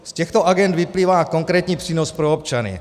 Z těchto agend vyplývá konkrétní přínos pro občany.